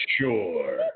sure